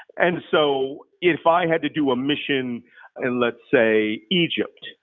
and so if i had to do a mission in let's say egypt,